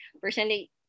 personally